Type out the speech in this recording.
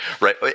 right